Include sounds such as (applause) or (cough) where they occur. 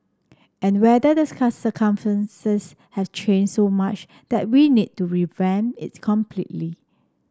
and whether the (unintelligible) have change so much that we need to revamp it's completely